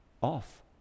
off